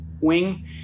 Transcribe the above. wing